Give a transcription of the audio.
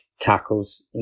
tackles